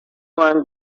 one